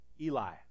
Eli